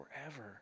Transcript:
forever